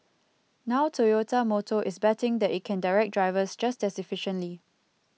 now Toyota Motor is betting that it can direct drivers just as efficiently